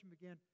began